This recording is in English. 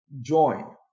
join